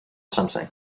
something